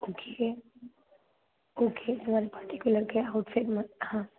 okay okay તમારે particular કયા આઉટફિટમાં હા